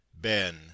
ben